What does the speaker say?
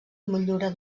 motllura